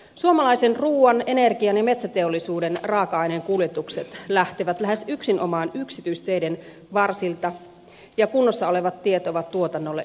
suomalaisen ruuan energian ja metsäteollisuuden raaka aineen kuljetukset lähtevät lähes yksinomaan yksityisteiden varsilta ja kunnossa olevat tiet ovat tuotannolle elintärkeitä